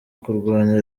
kurwanya